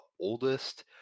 oldest